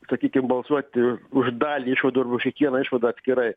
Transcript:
sakykim balsuoti už dalį išvadų arba už kiekvieną išvadą atskirai